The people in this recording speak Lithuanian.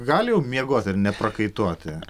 gali miegoti ir neprakaituoti